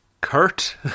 Kurt